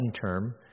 term